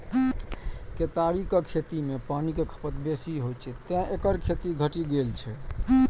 केतारीक खेती मे पानिक खपत बेसी होइ छै, तें एकर खेती घटि गेल छै